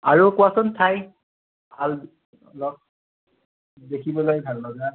আৰু কোৱাচোন ঠাই ভাল অলপ দেখিবলৈ ভাল লগা